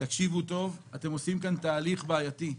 תקשיבו היטב, אתם עושים כאן תהליך בעייתי.